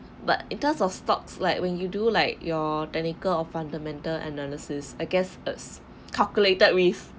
but in terms of stocks like when you do like your technical or fundamental analysis against its calculated risk